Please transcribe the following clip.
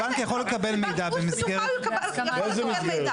הבנק יכול לקבל מידע במסגרת --- הבנק יכול לקבל מידע.